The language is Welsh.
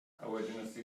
aled